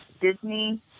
Disney